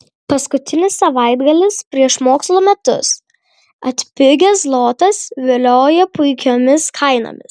paskutinis savaitgalis prieš mokslo metus atpigęs zlotas vilioja puikiomis kainomis